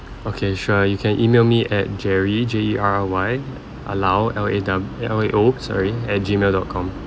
okay sure you can email me at jerry J E R R Y uh lao L A doub~ L A O sorry at Gmail dot com